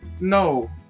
No